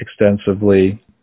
extensively